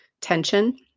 tension